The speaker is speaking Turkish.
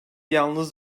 yalnız